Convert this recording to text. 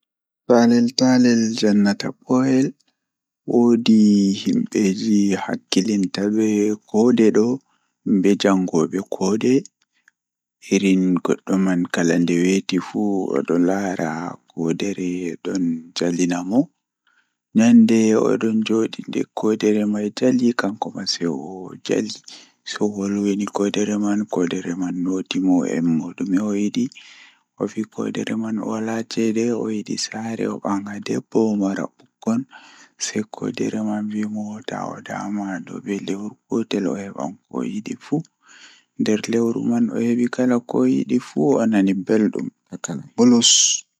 Taalel taalel jannata booyel,